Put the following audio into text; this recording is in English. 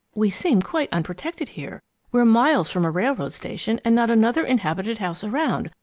we seem quite unprotected here we're miles from a railroad station, and not another inhabited house around.